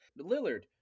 Lillard